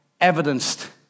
evidenced